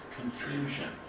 confusion